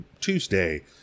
Tuesday